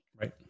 Right